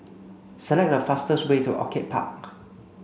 select the fastest way to Orchid Park